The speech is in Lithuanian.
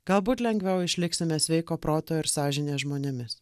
galbūt lengviau išliksime sveiko proto ir sąžinės žmonėmis